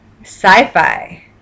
sci-fi